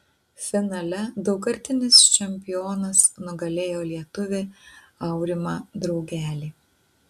finale daugkartinis čempionas nugalėjo lietuvį aurimą draugelį